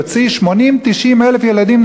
והוא יוציא 80,000 90,000 ילדים,